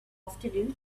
afternoon